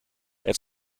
het